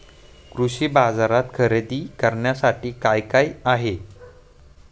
कृषी बाजारात खरेदी करण्यासाठी काय काय आहे?